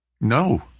No